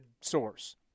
source